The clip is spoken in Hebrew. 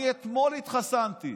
אני אתמול התחסנתי.